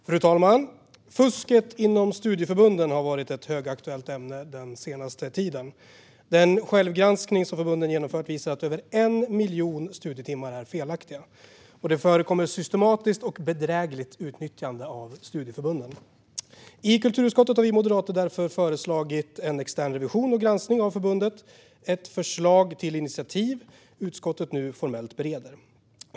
Fru talman! Fusket inom studieförbunden har varit ett högaktuellt ämne den senaste tiden. Den självgranskning som förbunden genomfört visar att över 1 miljon studietimmar är felaktiga. Det förekommer systematiskt och bedrägligt utnyttjande av studieförbunden. I kulturutskottet har vi moderater därför föreslagit en extern revision och granskning av förbunden - ett förslag till initiativ som utskottet nu formellt bereder.